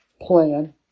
plan